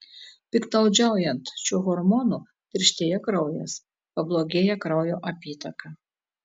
piktnaudžiaujant šiuo hormonu tirštėja kraujas pablogėja kraujo apytaka